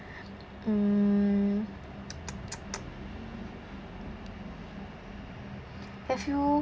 mm have you